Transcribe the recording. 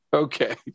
Okay